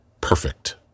perfect